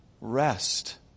rest